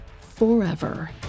forever